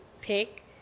pick